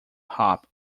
hop